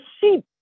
sheep